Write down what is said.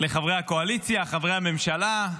לחברי הקואליציה, חברי הממשלה,